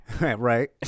right